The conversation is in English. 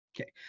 Okay